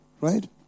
right